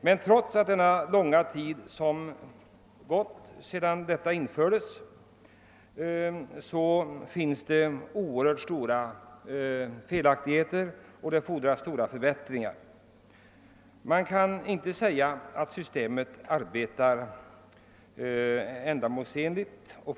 Men trots den långa tid som gått sedan dess finns det oerhört stora brister i systemet, och det fordras stora förbättringar. Man kan inte säga att systemet fungerar ändamålsenligt.